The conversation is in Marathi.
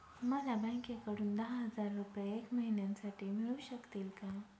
मला बँकेकडून दहा हजार रुपये एक महिन्यांसाठी मिळू शकतील का?